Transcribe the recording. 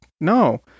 no